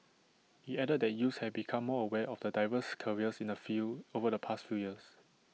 IT added that youths have become more aware of the diverse careers in the field over the past few years